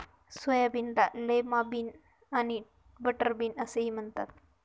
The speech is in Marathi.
सोयाबीनला लैमा बिन आणि बटरबीन असेही म्हणतात